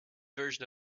version